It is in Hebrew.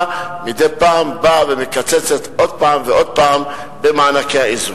מדי פעם באה ומקצצת עוד פעם ועוד פעם במענקי האיזון.